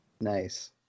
Nice